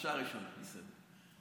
השעה הראשונה, בסדר.